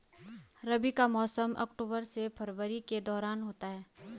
रबी का मौसम अक्टूबर से फरवरी के दौरान होता है